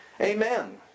Amen